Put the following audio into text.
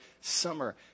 Summer